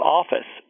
office